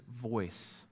voice